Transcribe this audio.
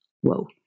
Whoa